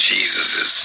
Jesus